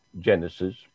Genesis